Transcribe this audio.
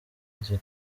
ati